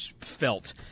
felt